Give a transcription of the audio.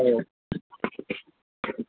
ꯑꯣ